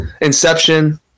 Inception